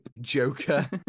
joker